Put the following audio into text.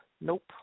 Nope